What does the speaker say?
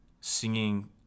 singing